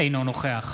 אינו נוכח